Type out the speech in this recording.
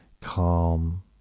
Calm